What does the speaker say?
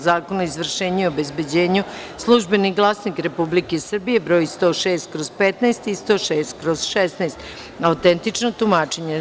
Zakona o izvršenju i obezbeđenju (Službeni glasnik Republike Srbije broj 106/15 i 106/16 – autentično tumačenje)